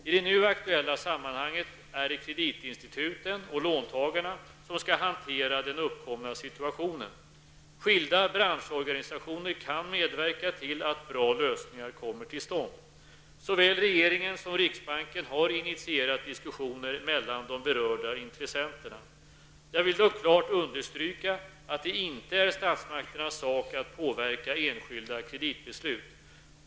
I det nu aktuella sammanhanget är det kreditinstituten och låntagarna som skall hantera den uppkomna situationen. Skilda branschorganisationer kan medverka till att bra lösningar kommer till stånd. Såväl regeringen som riksbanken har initierat diskussioner mellan de berörda intressenterna. Jag vill dock klart understryka att det inte är statsmakternas sak att påverka enskilda kreditbeslut.